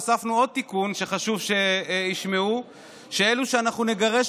הוספנו עוד תיקון שחשוב שישמעו: אלו שנגרש